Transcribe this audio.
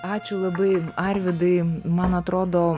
ačiū labai arvydai man atrodo